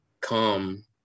come